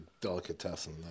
delicatessen